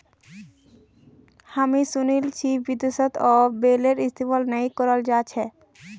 हामी सुनील छि विदेशत अब बेलरेर इस्तमाल नइ कराल जा छेक